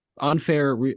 unfair